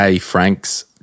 Franks